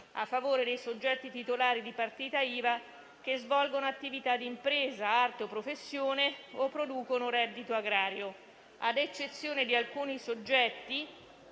a favore dei soggetti titolari di partita IVA che svolgono attività di impresa, arte o professione o producono reddito agrario, a eccezione di alcuni soggetti